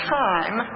time